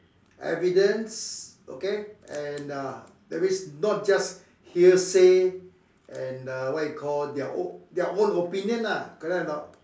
evidence okay and uh that means not just hearsay and uh what you call their own their own opinion lah correct or not